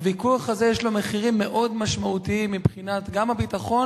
הוויכוח הזה יש לו מחירים מאוד משמעותיים גם מבחינת הביטחון,